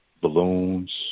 balloons